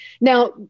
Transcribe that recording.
Now